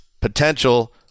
potential